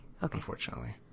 Unfortunately